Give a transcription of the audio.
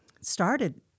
started